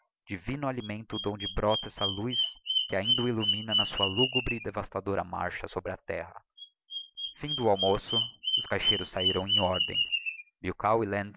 divino alimento d'onde brota essa luz que ainda o illumina na sua lúgubre e devastadora marcha sobre a terra findo o almoço os caixeiros sahiram em ordem